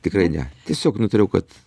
tikrai ne tiesiog nutariau kad